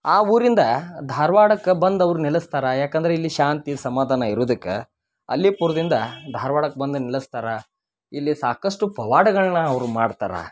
ಆ ಊರಿಂದ ಧಾರ್ವಾಡಕ್ಕೆ ಬಂದು ಅವ್ರು ನೆಲೆಸ್ತಾರ ಯಾಕಂದರೆ ಇಲ್ಲಿ ಶಾಂತಿ ಸಮಾಧಾನ ಇರುದಕ್ಕೆ ಅಲ್ಲಿಪುರ್ದಿಂದ ಧಾರ್ವಾಡಕ್ಕೆ ಬಂದು ನೆಲೆಸ್ತಾರ ಇಲ್ಲಿ ಸಾಕಷ್ಟು ಪವಾಡಗಳನ್ನ ಅವರು ಮಾಡ್ತಾರ